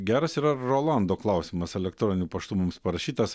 geras yra rolando klausimas elektroniniu paštu mums parašytas